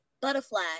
butterfly